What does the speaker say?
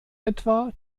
etwa